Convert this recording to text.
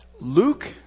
Luke